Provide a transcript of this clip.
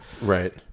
Right